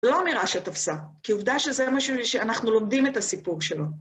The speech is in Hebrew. לא אמירה שתפסה, כי עובדה שזה משהו שאנחנו לומדים את הסיפור שלו.